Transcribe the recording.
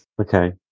Okay